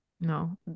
no